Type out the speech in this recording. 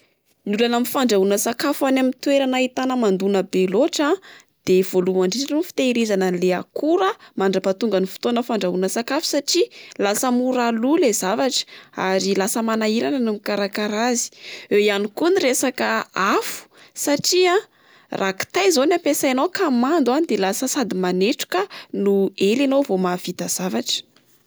Ny olana amin'ny fandrahoana sakafo any amin'ny toerana ahitana hamandoana be loatra a de voalohany indrindra aloha ny fitehirizana an'le akora mandrapaha- tonga ny fotoana fandrahoana sakafo satria lasa mora lo ilay zavatra ary lasa manahirana no mikarakara azy. Eo ihany koa ny resaka afo satria a raha kitay zao ny ampiasainao ka mando a de lasa sady man'etroka no ela enao vao mahavita zavatra.